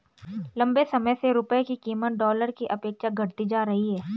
लंबे समय से रुपये की कीमत डॉलर के अपेक्षा घटती जा रही है